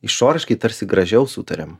išoriškai tarsi gražiau sutariam